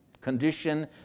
condition